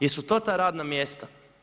Jesu to ta radna mjesta?